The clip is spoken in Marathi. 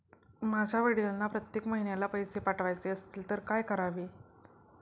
माझ्या वडिलांना प्रत्येक महिन्याला पैसे पाठवायचे असतील तर काय करावे?